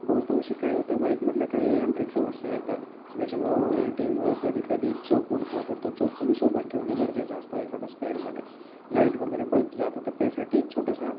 बहुतांशी काय होतं बाईकमधल्या काही यांत्रिक समस्या येतात ज्याच्यामुळं ओवरहिटिंगमुळं कधी कधी चोक उडतो तर तो चोक तुम्ही सोबत ठेवणं गरजेचा असतो एखादं स्पेरमध्ये लाईट वगैरे बल्ब जातो तर त्यासाठी एक छोटासा